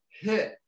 hit